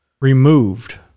removed